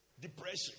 Depression